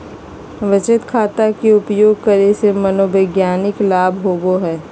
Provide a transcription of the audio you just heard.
बचत खाता के उपयोग करे से मनोवैज्ञानिक लाभ होबो हइ